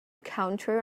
counter